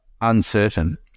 uncertain